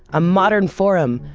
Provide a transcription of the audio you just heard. a modern forum,